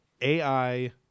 AI